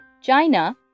China